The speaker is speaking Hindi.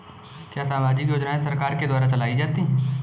क्या सामाजिक योजनाएँ सरकार के द्वारा चलाई जाती हैं?